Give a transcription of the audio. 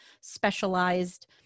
specialized